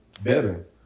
better